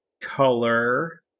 color